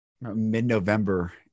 mid-November